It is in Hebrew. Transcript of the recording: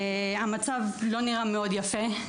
והמצב לא נראה מאוד יפה.